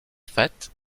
fait